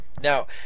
Now